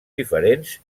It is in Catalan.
diferents